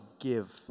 give